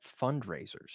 fundraisers